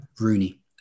Rooney